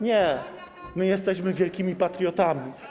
Nie, my jesteśmy wielkimi patriotami.